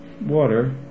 water